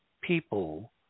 people